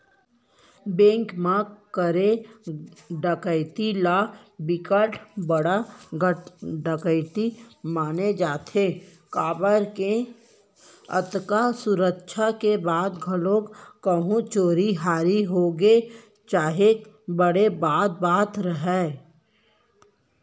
bank म करे डकैती ल बिकट बड़का डकैती माने जाथे काबर के अतका सुरक्छा के बाद घलोक कहूं चोरी हारी होगे काहेच बड़े बात बात हरय